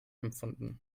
empfunden